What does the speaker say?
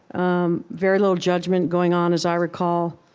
um very little judgment going on, as i recall,